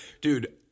dude